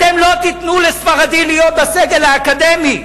אתם לא תיתנו לספרדי להיות בסגל האקדמי,